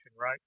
right